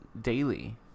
daily